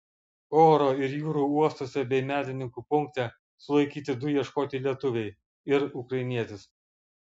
oro ir jūrų uostuose bei medininkų punkte sulaikyti du ieškoti lietuviai ir ukrainietis